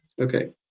Okay